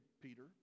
peter